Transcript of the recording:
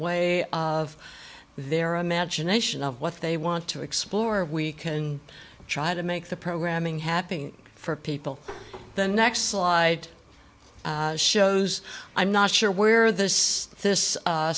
way of their own magination of what they want to explore we can try to make the programming happening for people the next slide shows i'm not sure where this this